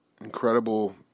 incredible